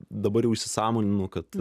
dabar jau įsisąmoninu kad